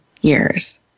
years